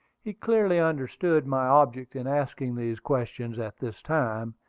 he clearly understood my object in asking these questions at this time,